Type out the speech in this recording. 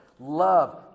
Love